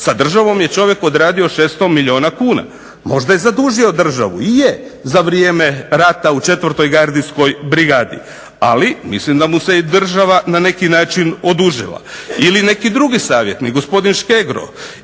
Sa državom je čovjek odradio 600 milijuna kuna. Možda je zadužio državu. I je. Za vrijeme rata u 4. gardijskoj brigadi. Ali mislim da mu se i država na neki način odužila. Ili neki drugi savjetnik, gospodin Škegro,